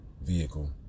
vehicle